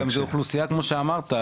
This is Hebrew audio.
זו גם אוכלוסייה כמו שאמרת,